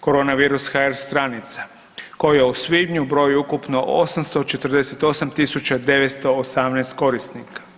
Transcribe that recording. Koronavirus.hr stranica koja u svibnju broj ukupno 848.918 korisnika.